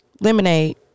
Lemonade